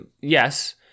Yes